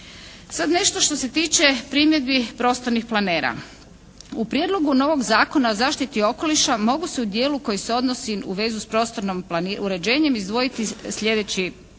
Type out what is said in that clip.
Sad nešto što se tiče primjedbi prostornih planera. U Prijedlogu novog Zakona o zaštiti okoliša mogu se u dijelu koji se odnosi u vezi s prostornim uređenjem izdvojiti sljedeći dijelovi.